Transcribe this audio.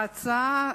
ההצעה